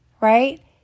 right